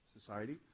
society